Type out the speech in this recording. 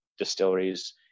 Distilleries